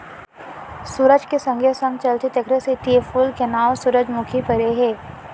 सुरूज के संगे संग चलथे तेकरे सेती ए फूल के नांव सुरूजमुखी परे हे